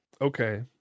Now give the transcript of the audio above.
Okay